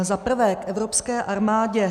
Za prvé k evropské armádě.